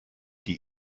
die